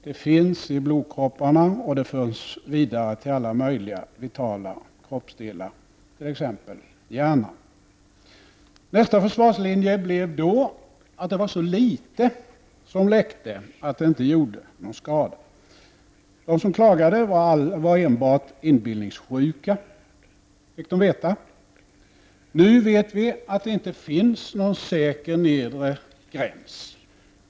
Det finns kvicksilver i blodkropparna och det förs vidare till alla möjliga vitala organ, t.ex. till hjärnan. Nästa försvarslinje blev då att det var en så liten mängd kvicksilver som läckte att det inte gjorde någon skada. De som klagade fick veta att de var enbart inbillningssjuka. Nu vet vi att det inte finns någon säker nedre gräns.